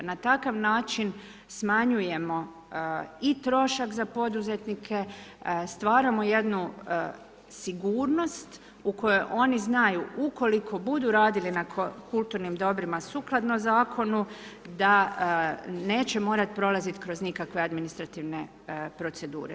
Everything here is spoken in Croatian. Na takav način smanjujemo i trošak za poduzetnike, stvaramo jednu sigurnost, u kojem oni znaju, ukoliko budu radili na kulturnim dobrima, sukladno zakonu, da neće morati prolaziti kroz nikakve administrativne procedure.